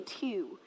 two